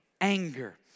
anger